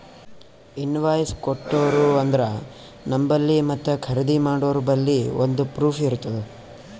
invoice ಕೊಟ್ಟೂರು ಅಂದ್ರ ನಂಬಲ್ಲಿ ಮತ್ತ ಖರ್ದಿ ಮಾಡೋರ್ಬಲ್ಲಿ ಒಂದ್ ಪ್ರೂಫ್ ಇರ್ತುದ್